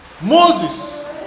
Moses